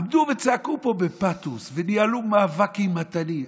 עמדו וצעקו פה בפתוס וניהלו מאבק אימתני.